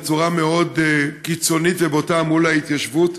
בצורה מאוד קיצונית ובוטה מול ההתיישבות.